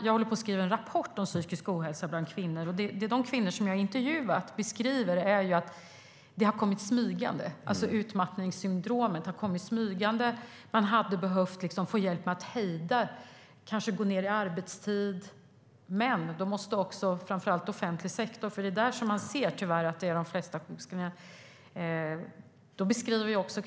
Jag håller på att skriva en rapport om psykisk ohälsa bland kvinnor. Det som de intervjuade kvinnorna beskriver är att utmattningssyndromet kommit smygande. De hade behövt hjälp med att hejda det, kanske genom att gå ned i arbetstid. Men då måste framför allt offentlig sektor, för det är tyvärr där man ser de flesta sjukskrivningarna, agera.